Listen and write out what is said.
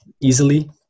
easily